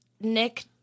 Nick